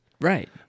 Right